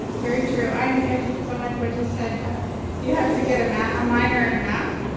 ah very true. and if somebody went you said yeah you have to get a math, a minor in math.